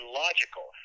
logical